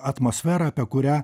atmosferą apie kurią